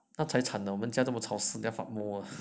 那才惨儿我们家这么潮湿等一下